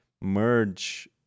merge